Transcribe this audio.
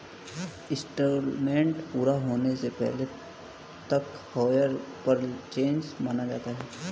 instalment पूरा होने से पहले तक हायर परचेस माना जाता है